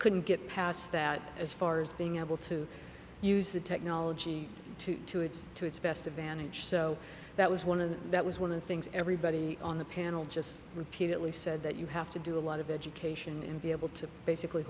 couldn't get past that as far as being able to use the technology to to its to its best advantage so that was one of the that was one of the things everybody on the panel just repeatedly said that you have to do a lot of education and be able to basically